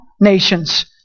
nations